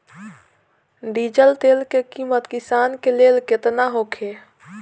Diesel तेल के किमत किसान के लेल केतना होखे?